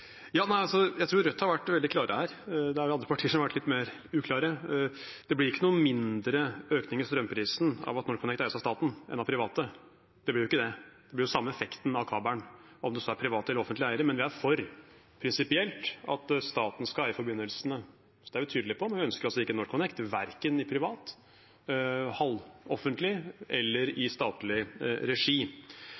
blir ikke noe mindre økning i strømprisen av at NorthConnect eies av staten, enn av private. Det blir jo ikke det. Det blir den samme effekten av kabelen om det så er private eller offentlige eiere, men vi er prinsipielt for at staten skal eie forbindelsene. Det er vi tydelig på, men vi ønsker altså ikke NorthConnect i verken privat, halvoffentlig eller